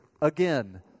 Again